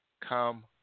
come